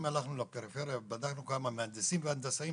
האם הלכנו לפריפריה ובדקנו כמה מהנדסים והנדסאים